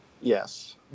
Yes